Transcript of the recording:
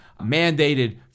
mandated